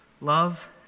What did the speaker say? love